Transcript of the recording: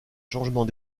changements